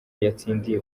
yatsindiye